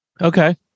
Okay